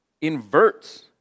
inverts